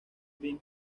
big